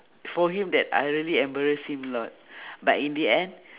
for him that I really embarrassed him lot but in the end